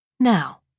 Now